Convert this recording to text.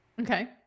Okay